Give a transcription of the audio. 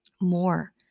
more